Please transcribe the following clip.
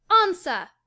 Answer